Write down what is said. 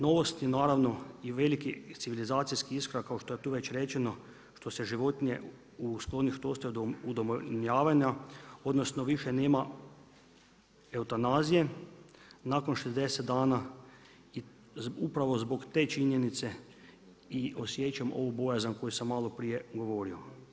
Novosti naravno i veliki civilizacijski iskorak kao što je to već rečeno, što se životinje u sklonište ostaju do udomljavanja, odnosno više nema eutanazije, nakon 60 dana, upravo zbog te činjenice i osjećam ovu bojazan koju sam maloprije govorio.